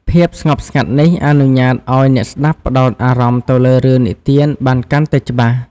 ភាពស្ងប់ស្ងាត់នេះអនុញ្ញាតឲ្យអ្នកស្ដាប់ផ្ដោតអារម្មណ៍ទៅលើរឿងនិទានបានកាន់តែច្បាស់។